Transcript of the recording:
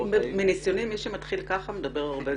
מניסיוני, מי שמתחיל כך מדבר הרבה.